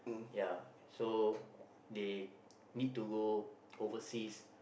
ya so they need to go overseas